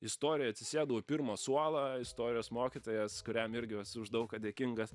istorijoj atsisėdau į pirmą suolą istorijos mokytojas kuriam irgi esu už daug ką dėkingas